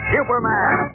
Superman